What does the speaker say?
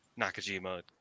Nakajima